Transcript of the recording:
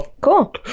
Cool